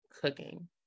cooking